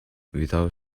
without